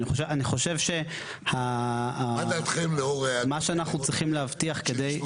אני חושב שמה שאנחנו צריכים להבטיח כדי --- מה